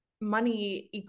money